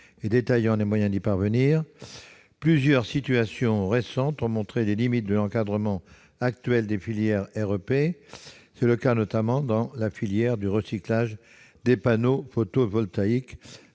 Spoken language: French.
détaillant les moyens d'y parvenir. Plusieurs situations récentes ont montré les limites de l'encadrement actuel des filières REP. C'est le cas notamment dans la filière du recyclage des panneaux photovoltaïques,